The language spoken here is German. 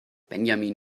benjamin